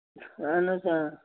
اَہَن حظ آ